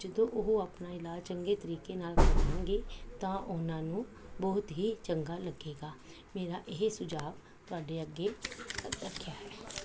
ਜਦੋਂ ਉਹ ਆਪਣਾ ਇਲਾਜ ਚੰਗੇ ਤਰੀਕੇ ਨਾਲ ਕਰਵਾਉਣਗੇ ਤਾਂ ਉਹਨਾਂ ਨੂੰ ਬਹੁਤ ਹੀ ਚੰਗਾ ਲੱਗੇਗਾ ਮੇਰਾ ਇਹ ਸੁਝਾਅ ਤੁਹਾਡੇ ਅੱਗੇ ਰੱਖਿਆ ਹੈ